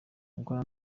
uko